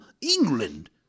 England